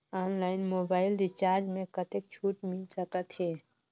Online mobile recharge मे कतेक छूट मिल सकत हे?